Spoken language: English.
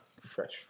Fresh